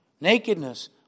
Nakedness